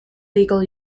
legal